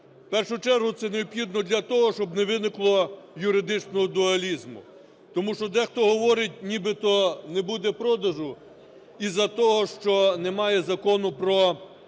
В першу чергу це необхідно для того, щоб не виникло юридичного дуалізму. Тому що дехто говорить, нібито не буде продажу із-за того, що немає закону про обіг